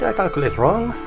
yeah calculate wrong?